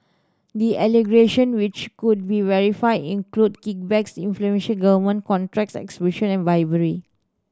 the allegation which could be verified include kickbacks inflating government contracts extortion and bribery